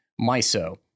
MISO